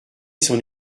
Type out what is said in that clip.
son